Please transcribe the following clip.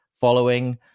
following